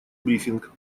брифинг